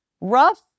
rough